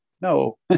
No